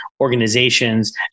organizations